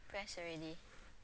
press already